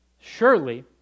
surely